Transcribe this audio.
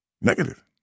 Negative